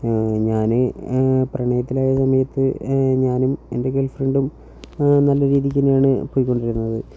ഞാൻ പ്രണയത്തിലായ സമയത്ത് ഞാനും എൻ്റെ ഗേൾ ഫ്രണ്ടും നല്ല രീതിയ്ക്കുതന്നെയാണ് പോയിക്കൊണ്ടിരുന്നത്